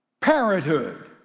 parenthood